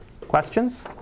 questions